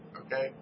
okay